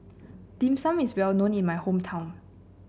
Dim Sum is well known in my hometown